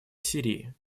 сирии